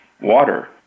Water